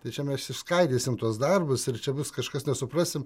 tai čia mes išskaidysim tuos darbus ir čia bus kažkas nesuprasim